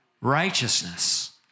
Righteousness